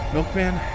Milkman